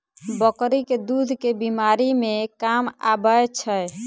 बकरी केँ दुध केँ बीमारी मे काम आबै छै?